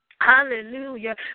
Hallelujah